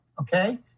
Okay